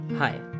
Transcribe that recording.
Hi